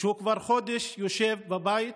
והוא כבר חודש יושב בבית.